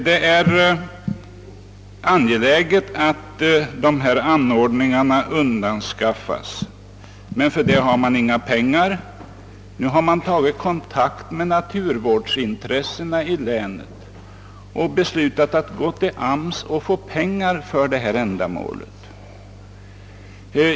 Det är angeläget att dessa anordningar undanskaffas men för det finns inga pengar. Nu har man tagit kontakt med naturvårdsintressena i länet och beslutat att gå till AMS och begära pengar för ändamålet.